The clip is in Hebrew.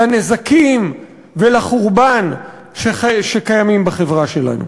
לנזקים ולחורבן שקיימים בחברה שלנו.